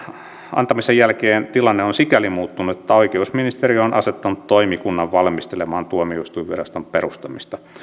antamisen jälkeen tilanne on sikäli muuttunut että oikeusministeriö on asettanut toimikunnan valmistelemaan tuomioistuinviraston perustamista